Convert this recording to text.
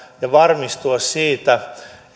ja varmistua siitä